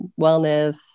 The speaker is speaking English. wellness